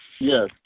Yes